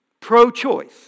Pro-choice